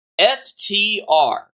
FTR